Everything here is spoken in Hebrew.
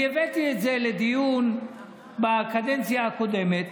אני הבאתי את זה לדיון בקדנציה הקודמת,